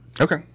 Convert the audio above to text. okay